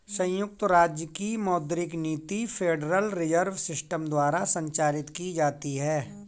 संयुक्त राज्य की मौद्रिक नीति फेडरल रिजर्व सिस्टम द्वारा संचालित की जाती है